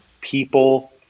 People